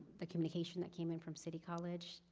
the communication that came in from city college.